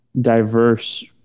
diverse